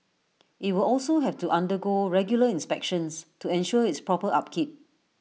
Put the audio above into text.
IT will also have to undergo regular inspections to ensure its proper upkeep